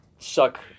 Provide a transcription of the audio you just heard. Suck